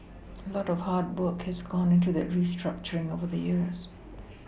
a lot of hard work has gone into that restructuring over the years